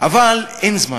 אבל אין זמן,